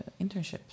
internship